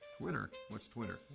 twitter? what's twitter?